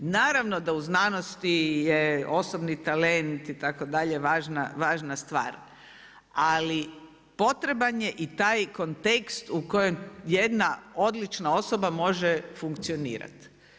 Naravno da u znanosti je osobni talent itd. važna stvar ali potreban je i taj kontekst u kojem jedna odlična osoba može funkcionirati.